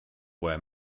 were